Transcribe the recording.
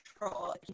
control